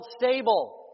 stable